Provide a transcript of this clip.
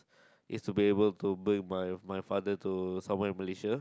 is to be able to bring my my father to somewhere Malaysia